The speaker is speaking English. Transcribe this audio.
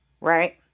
right